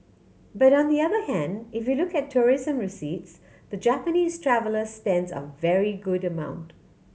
but on the other hand if you look at tourism receipts the Japanese traveller spends a very good amount